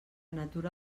natura